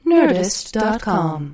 Nerdist.com